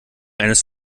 eines